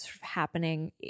happening